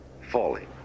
falling